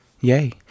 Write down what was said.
Yay